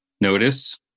notice